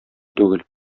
түгел